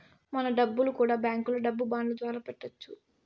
మన డబ్బులు కూడా బ్యాంకులో డబ్బు బాండ్ల ద్వారా పెట్టొచ్చు